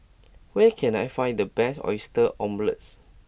where can I find the best Oyster Omelette